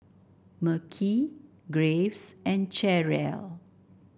Mekhi Graves and Cherrelle